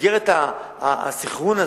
במסגרת הסנכרון הזה,